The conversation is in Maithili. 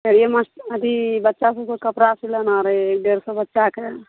सरिये मास अथी बच्चा सबके कपड़ा सिलना रहय एक डेढ़ सओ बच्चाके